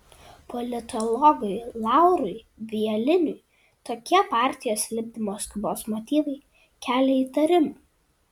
politologui laurui bieliniui tokie partijos lipdymo skubos motyvai kelia įtarimų